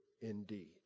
indeed